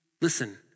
listen